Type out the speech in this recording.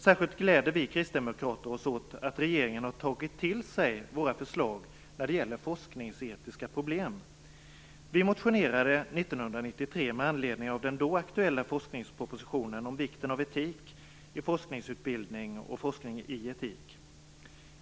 Särskilt gläder vi kristdemokrater oss åt att regeringen har tagit till sig våra förslag när det gäller forskningsetiska problem. Vi motionerade 1993 med anledning av den då aktuella forskningspropositionen om vikten av etik i forskningsutbildning och forskning i etik.